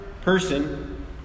person